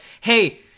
hey